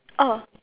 oh